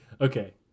Okay